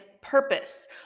purpose